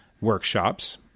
workshops